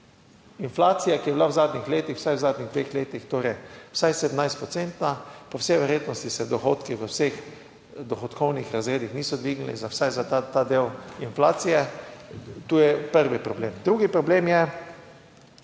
inflacija, ki je bila v zadnjih letih, vsaj v zadnjih dveh letih torej, vsaj 17 procentna. Po vsej verjetnosti se dohodki v vseh dohodkovnih razredih niso dvignili, vsaj za ta del inflacije. Tu je prvi problem. Drugi problem je,